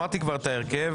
אמרתי כבר את ההרכב.